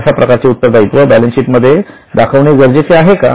अशा प्रकारचे उत्तर दायित्व बॅलन्स शीट मध्ये दाखवणे गरजेचे आहे का